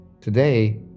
Today